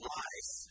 life